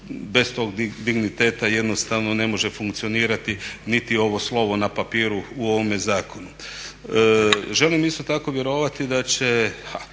bez tog digniteta jednostavno ne može funkcionirati niti ovo slovo na papiru u ovome zakonu. Želim isto tako vjerovati da će,